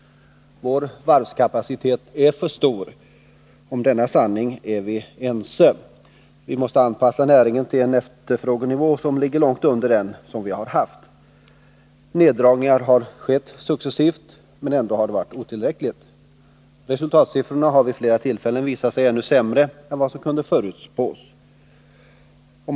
Vår varvskapacitet är för stor. Om denna sanning är vi ense. Vi måste anpassa näringen till en efterfrågenivå som ligger långt under den som vi har haft. Neddragningar har skett successivt, men ändå har de visat sig vara otillräckliga. Resultatsiffrorna har vid flera tillfällen visat sig ännu sämre än vad som kunde förutspås.